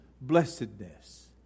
blessedness